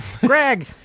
Greg